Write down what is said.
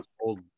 old